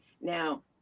Now